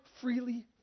freely